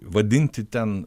vadinti ten